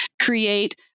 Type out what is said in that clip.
create